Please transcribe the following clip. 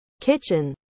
kitchen